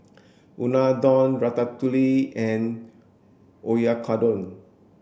Unadon Ratatouille and Oyakodon